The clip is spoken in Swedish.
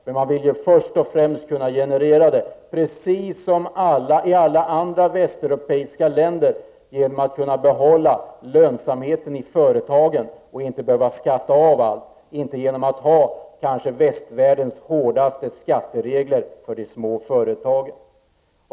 Men det behöver först och främst genereras, precis som i alla andra västeuropeiska länder, genom att behålla lönsamheten i företagen, som alltså inte beskattas med de i västvärlden hårdaste skattereglerna för de små företagen.